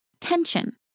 tension